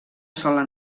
sola